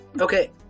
Okay